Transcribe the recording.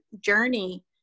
journey